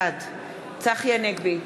בעד צחי הנגבי,